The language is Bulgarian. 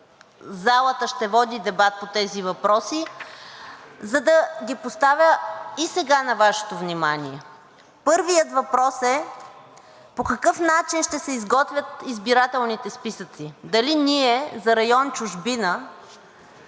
залата ще води дебат по тези въпроси, за да ги поставя и сега на Вашето внимание. Първият въпрос е: по какъв начин ще се изготвят избирателните списъци. Дали, ние за район „Чужбина“